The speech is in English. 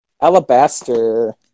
Alabaster